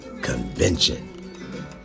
convention